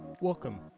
welcome